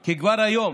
כי כבר היום